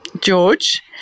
George